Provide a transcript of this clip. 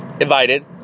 Invited